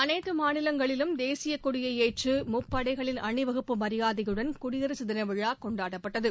அனைத்து மாநிலங்களிலும் தேசியக்கொடியை ஏற்றி முப்படைகளின் அணிவகுப்பு மரியாதையுடன் குடியரசு தின விழா கொண்டாடப்பட்டது